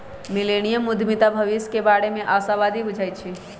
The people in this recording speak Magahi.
मिलेनियम उद्यमीता भविष्य के बारे में आशावादी बुझाई छै